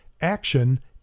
action